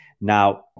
Now